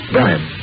Brian